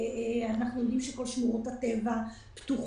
ואנחנו יודעים שכל שמורות הטבע פתוחות.